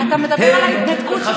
אתה מדבר על ההתנתקות,